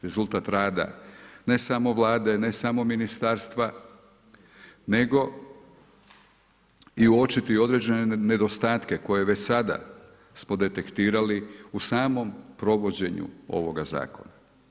Rezultat rada ne samo Vlade, ne samo ministarstva nego i uočiti određene nedostatke koje smo već sada detektirali u samom provođenju ovoga zakona.